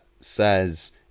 says